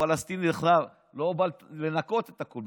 והפלסטיני בכלל לא בא לנקות את הכול,